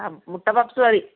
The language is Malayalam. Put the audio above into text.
ആ മുട്ട പപ്പ്സ് മതി